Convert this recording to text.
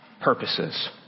purposes